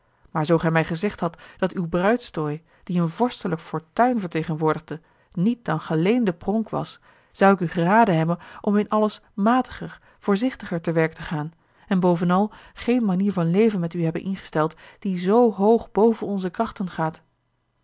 maar zoo gij mij gezegd hadt dat uw bruidstooi die een vorstelijke fortuin vertegenwoordigde niet dan geleende pronk was zou ik u geraden hebben om in alles matiger voorzichtiger te werk te gaan en bovenal geene manier van leven met u hebben ingesteld die zoo hoog boven onze krachten gaat